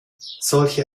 solche